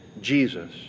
Jesus